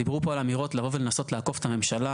דיברו פה על אמירות לבוא ולנסות לעקוף את הממשלה.